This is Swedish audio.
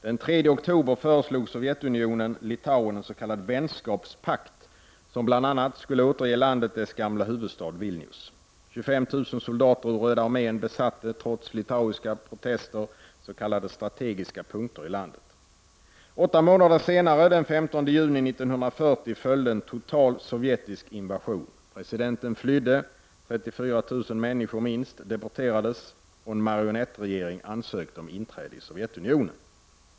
Den 3 oktober föreslog Sovjetunionen Litauen en s.k. vänskapspakt, som bl.a. skulle återge landet dess gamla huvudstad Vilnius. 25 000 soldater ur röda armén besatte, trots litauiska protester, s.k. strategiska punkter i landet. Åtta månader senare, den 15 juni 1940, följde en total sovjetisk invasion. Presidenten flydde, minst 34 000 människor deporterades och en marionettregering ansökte om inträde i Sovjetunionen.